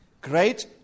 great